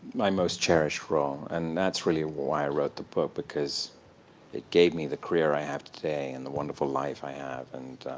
my most cherished role. and that's really why i wrote the book, because it gave me the career i have today, and the wonderful life i have. and